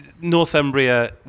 Northumbria